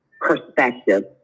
perspective